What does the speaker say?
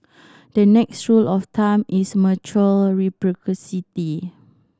the next rule of thumb is mutual